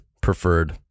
preferred